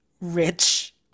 Rich